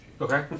Okay